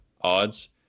odds